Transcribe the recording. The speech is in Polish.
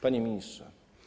Panie Ministrze!